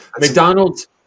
McDonald's